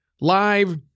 live